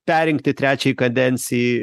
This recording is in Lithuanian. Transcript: perrinkti trečiai kadencijai